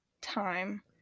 time